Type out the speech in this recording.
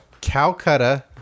Calcutta